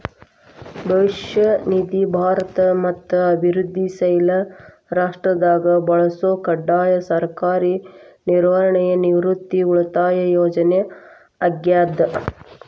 ಭವಿಷ್ಯ ನಿಧಿ ಭಾರತ ಮತ್ತ ಅಭಿವೃದ್ಧಿಶೇಲ ರಾಷ್ಟ್ರದಾಗ ಬಳಸೊ ಕಡ್ಡಾಯ ಸರ್ಕಾರಿ ನಿರ್ವಹಣೆಯ ನಿವೃತ್ತಿ ಉಳಿತಾಯ ಯೋಜನೆ ಆಗ್ಯಾದ